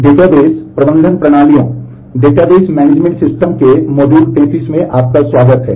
database प्रबंधन प्रणालियों 33 में आपका स्वागत है